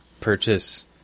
purchase